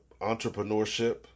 entrepreneurship